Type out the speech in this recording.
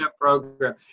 program